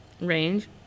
Range